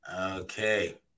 Okay